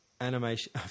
Animation